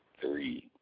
three